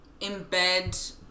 embed